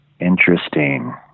Interesting